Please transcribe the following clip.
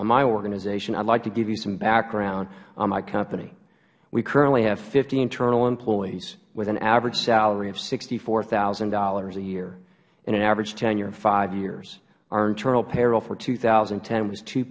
on my organization i would like to give you some background on my company we currently have fifty internal employees with an average salary of sixty four thousand dollars a year and an average tenure of five years our internal payroll for two thousand and ten was two